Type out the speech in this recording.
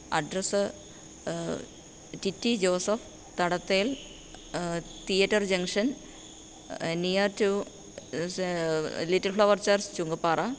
address Titty Joseph Thadathel theatre junction near to സ് little flower church Chungappara